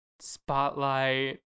spotlight